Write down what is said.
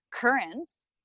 currents